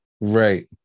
right